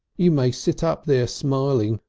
you may sit up there smiling,